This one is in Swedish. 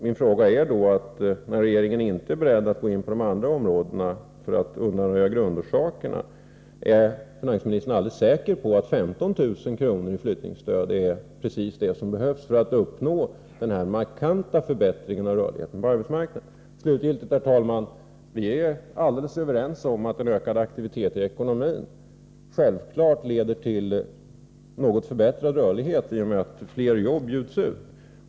Min fråga till finansministern är: När regeringen inte är beredd att gå in på de andra områdena för att undanröja grundorsakerna till den dåliga rörligheten på arbetsmarknaden, är finansministern då alldeles säker på att 15 000 kr. i flyttningsstöd är precis det som behövs för att uppnå en markant förbättring? Slutligen, herr talman: Vi är helt överens om att en ökad aktivitet i ekonomin självfallet leder till en något förbättrad rörlighet, i och med att fler jobb bjuds ut.